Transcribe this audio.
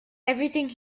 everything